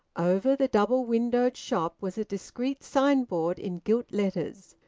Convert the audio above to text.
over the double-windowed shop was a discreet signboard in gilt letters,